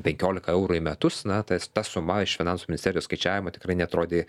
penkiolika eurų į metus na tas ta suma iš finansų ministerijos skaičiavimų tikrai neatrodė